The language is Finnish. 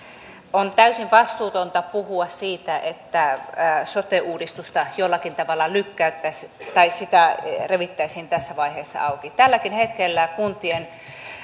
on täysin vastuutonta puhua siitä että sote uudistusta jollakin tavalla lykättäisiin tai sitä revittäisiin tässä vaiheessa auki tälläkin hetkellä kuntien